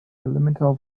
elemental